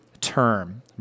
term